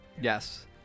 Yes